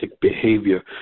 behavior